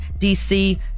DC